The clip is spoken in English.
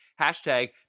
Hashtag